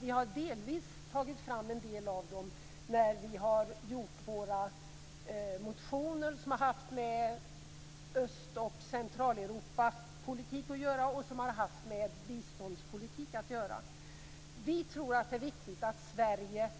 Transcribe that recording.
Vi har delvis tagit fram en del av dem när vi har väckt våra motioner som har handlat om Öst och Vi tror att det är viktigt att Sverige